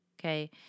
Okay